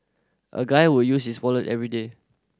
a guy will use his wallet everyday